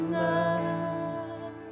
love